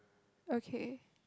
okay